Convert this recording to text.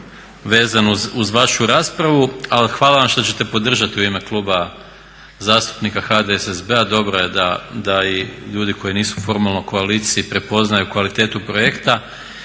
vezano uz vašu raspravu ali hvala vam što ćete podržati u ime Kluba zastupnika HDSSB-a, dobro je da i ljudi koji nisu formalno u koaliciji prepoznaju kvalitetu projekta